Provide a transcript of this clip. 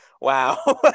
wow